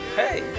hey